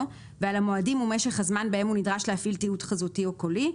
ועל המועדים ומשך הזמן בהם הוא נדרש להפעיל תיעוד חזותי או קולי,